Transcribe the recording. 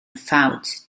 ffawt